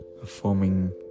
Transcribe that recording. performing